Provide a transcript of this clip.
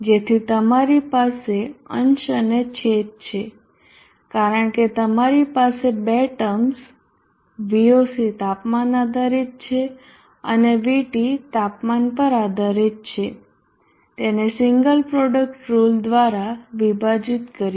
જેથી તમારી પાસે અંશ અને છેદ છે કારણ કે તમારી પાસે 2 ટર્મ્સ Voc તાપમાન આધારિત છે અને VT તાપમાન પર આધારીત છે તેને સિંગલ પ્રોડક્ટ રુલ દ્વારા વિભાજિત કરીએ